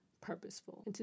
purposeful